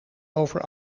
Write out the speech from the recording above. over